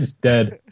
Dead